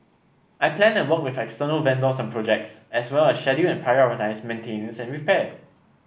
I plan and work with external vendors on projects as well as schedule and prioritise maintenance and repair